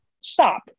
Stop